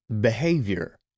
Behavior